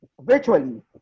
virtually